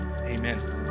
amen